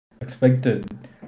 expected